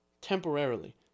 temporarily